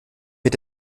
mit